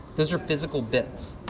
those are physical bits.